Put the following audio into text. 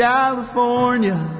California